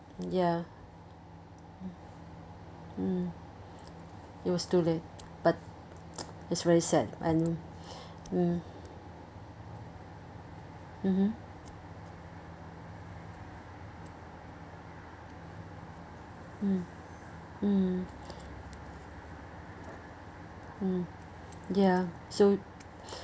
ya mm it was too late but it's very sad and mm mmhmm mm mmhmm mm ya so